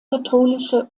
katholische